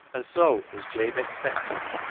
and so, as jabe expected,